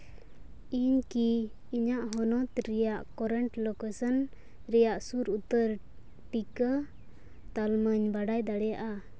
ᱤᱧᱠᱤ ᱤᱧᱟᱹᱜ ᱦᱚᱱᱚᱛ ᱨᱮᱭᱟᱜ ᱠᱟᱨᱮᱱᱴ ᱞᱳᱠᱮᱥᱚᱱ ᱨᱮᱭᱟᱜ ᱥᱩᱨ ᱩᱛᱟᱹᱨ ᱴᱤᱠᱟᱹ ᱛᱟᱞᱢᱟᱧ ᱵᱟᱰᱟᱭ ᱫᱟᱲᱮᱭᱟᱜᱼᱟ